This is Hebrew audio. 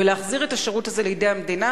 ולהחזיר את השירות הזה לידי המדינה.